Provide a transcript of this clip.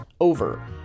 over